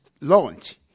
launch